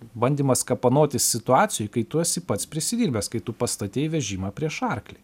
bandymas kapanotis situacijoj kai tu esi pats prisidirbęs kai tu pastatei vežimą prieš arklį